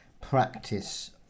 practice